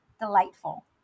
delightful